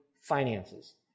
finances